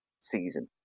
season